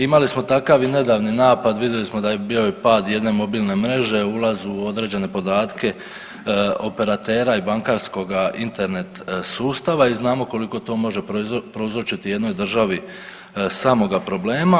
Imali smo takav i nedavni napad, vidjeli smo da je bio i pad jedne mobilne mreže, ulaz u određene podatke operatera i bankarskoga Internet sustava i znamo koliko to može prouzročiti jednoj državi samoga problema.